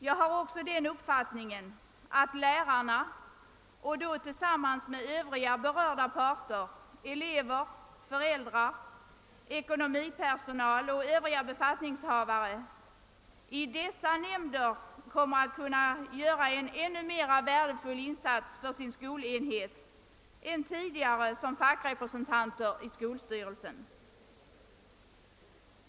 Jag har också den uppfattningen att lärarna — då tillsammans med andra berörda parter: elever, föräldrar, ekonomipersonal och övriga befattningshavare — i de nya nämnderna kommer att kunna göra en ännu mera värdefull insats för sin skolenhet än tidigare som fackrepresentanter i skolstyrelsen.